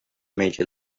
major